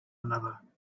another